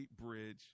Bridge